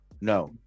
No